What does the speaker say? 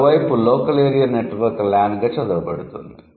మరోవైపు local area network LAN గా చదవబడుతుంది